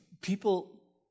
People